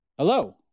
Hello